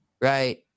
Right